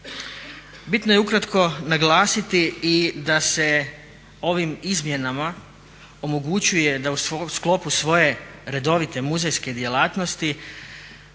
Bitno je ukratko naglasiti i da se ovim izmjenama da u sklopu svoje redovite muzejske djelatnosti